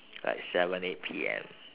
like seven eight P_M